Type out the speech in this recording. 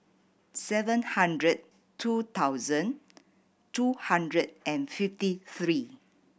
seven hundred two thousand two hundred and fifty three